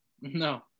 No